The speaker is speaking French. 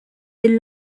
des